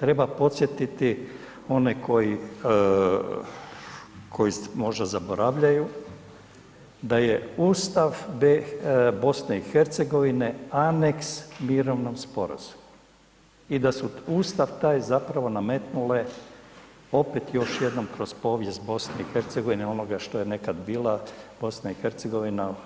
Treba podsjetiti one koji možda zaboravljaju, da je Ustav BiH Aneks mirovnom sporazumu i da su Ustav taj zapravo nametnule opet još jednom, kroz povijest BiH, onoga što je nekad bila BiH